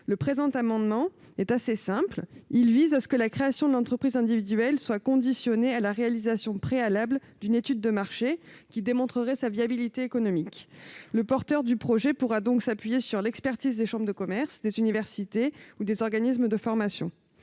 Le présent amendement vise simplement à ce que la création de l'entreprise individuelle soit conditionnée à la réalisation préalable d'une étude de marché qui démontrerait sa viabilité économique. Le porteur du projet pourra donc s'appuyer sur l'expertise des chambres de commerce, des universités ou des organismes de formation.